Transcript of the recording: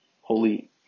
holy